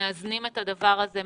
מאזנים את הדבר הזה,